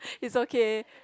it's okay